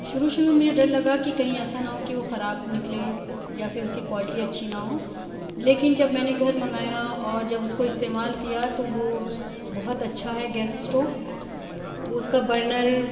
شروع شروع میں یہ ڈر لگا کہ کہیں ایسا نہ ہو کہ وہ خراب نکلے یا پھر اس کی کوالٹی اچھی نہ ہو لیکن جب میں نے گھر منگایا اور جب اس کو استعمال کیا تو وہ بہت اچھا ہے گیس اسٹو اس کا برنر